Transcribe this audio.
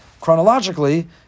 chronologically